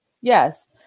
Yes